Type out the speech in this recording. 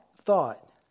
thought